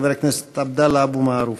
חבר הכנסת עבדאללה אבו מערוף.